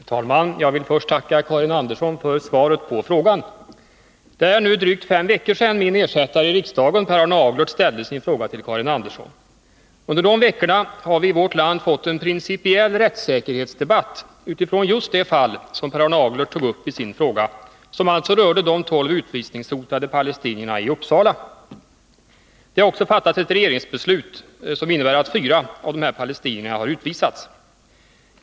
Herr talman! Jag vill först tacka Karin Andersson för svaret på frågan. Det är nu drygt fem veckor sedan min ersättare i riksdagen, Per Arne Aglert, ställde sin fråga till Karin Andersson. Under de veckorna har vi i vårt land fått en principiell rättssäkerhetsdebatt utifrån just det fall som Per Arne Aglert tog uppi sin fråga, som alltså rörde de tolv utvisningshotade palestinierna i Uppsala. Det har också fattats ett regeringsbeslut som inneburit att fyra av de tolv palestinierna har utvisats.